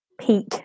peak